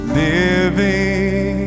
living